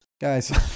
Guys